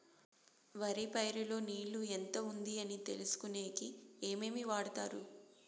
వరి పైరు లో నీళ్లు ఎంత ఉంది అని తెలుసుకునేకి ఏమేమి వాడతారు?